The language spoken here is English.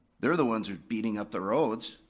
they're the ones beating up the roads.